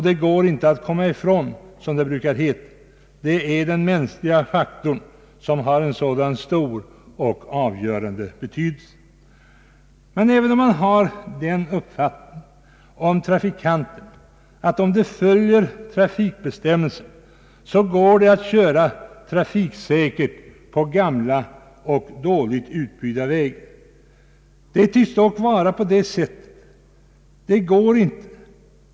Det går inte att komma ifrån den mänskliga faktorn, brukar det ju heta, en faktor som sägs ha avgörande betydelse. Många har den uppfattningen att om trafikanterna följer trafikbestämmelserna så går det att köra trafiksäkert på gamla och dåligt utbyggda vägar. Det tycks dock vara på det sättet att det inte går.